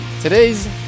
Today's